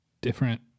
different